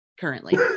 currently